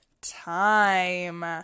time